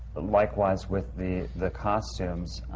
likewise, with the the costumes.